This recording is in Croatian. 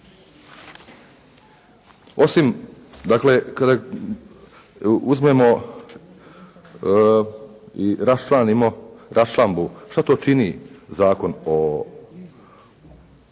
osim dakle kada uzmemo i raščlanimo raščlambu šta to čini Zakon o